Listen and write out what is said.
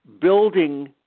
building